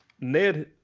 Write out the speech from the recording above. Ned